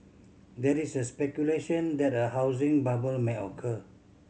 there is a speculation that a housing bubble may occur